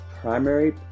primary